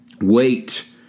wait